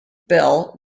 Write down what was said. bell